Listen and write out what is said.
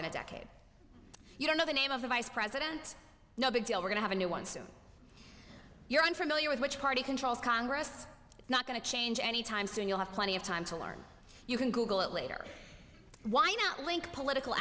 than a decade you don't know the name of the vice president no big deal we're going to have a new one soon you're unfamiliar with which party controls congress it's not going to change any time soon you'll have plenty of time to learn you can google it later why not link political